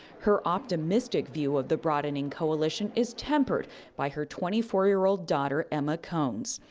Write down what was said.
her optimistic view of the broadening coalition is tempered by her twenty four year old daughter, emma cones.